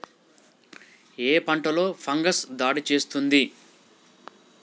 ఏ పంటలో ఫంగస్ దాడి చేస్తుంది?